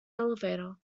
elevator